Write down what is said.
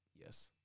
Yes